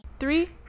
three